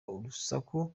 urusaku